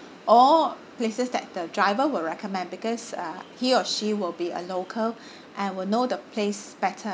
or places that the driver will recommend because uh he or she will be a local and will know the place better